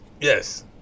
Yes